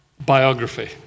biography